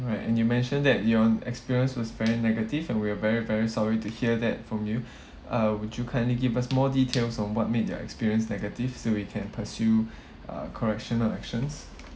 alright and you mention that your experience was very negative and we are very very sorry to hear that from you uh would you kindly give us more details on what made your experience negative so we can pursue uh correctional actions